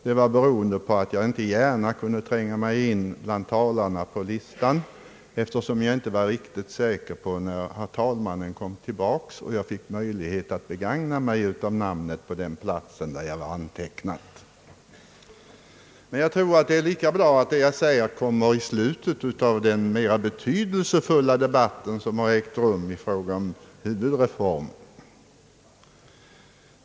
Jag kunde ju inte gärna tränga mig in bland de tidigare talarna på listan, eftersom jag inte kunde vara säker på när herr talmannen kom tillbaka och jag sålunda skulle få möjlighet att begagna mig av den plats på talarlistan där jag var antecknad. Det är kanske lika bra att mitt anförande kommer i slutet av den mera betydelsefulla debatt som ägt rum i fråga om huvudreformen.